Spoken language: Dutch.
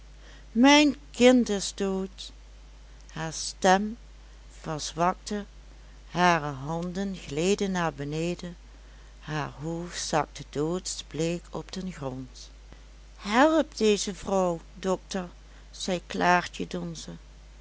mijn kind is dood hare stem verzwakte hare handen gleden naar beneden haar hoofd zakte doodsbleek op den grond help deze vrouw dokter zei klaartje donze